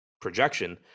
projection